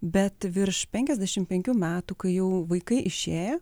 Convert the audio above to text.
bet virš penkiasdešim penkių metų kai jau vaikai išėję